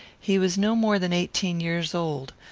he was no more than eighteen years old,